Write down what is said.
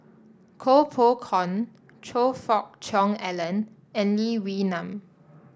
Koh Poh Koon Choe Fook Cheong Alan and Lee Wee Nam